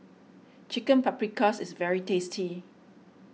Chicken Paprikas is very tasty